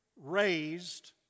raised